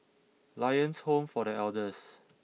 Lions Home for The Elders